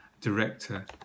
Director